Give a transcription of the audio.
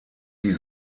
die